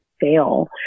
fail